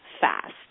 fast